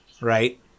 right